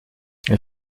les